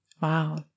Wow